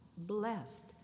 blessed